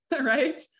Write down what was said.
right